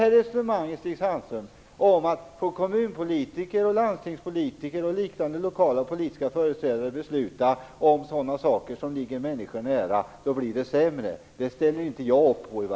Resonemanget om att det blir sämre om kommunpolitiker, landstingspolitiker och liknande lokala politiska företrädare får besluta om sådant som ligger människor nära, det ställer i varje fall inte jag upp på,